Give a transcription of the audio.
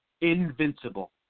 Invincible